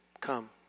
come